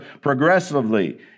progressively